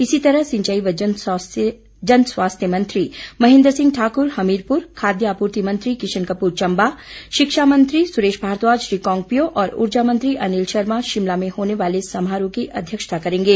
इसी तरह सिंचाई व जनस्वास्थ्य मंत्री महेन्द्र सिंह ठाकुर हमीरपुर खाद्य आपूर्ति मंत्री किशन कपूर चंबा शिक्षा मंत्री सुरेश भारद्वाज रिकांगपिओ और ऊर्जा मंत्री अनिल शर्मा शिमला में होने वाले समारोह की अध्यक्षता करेंगे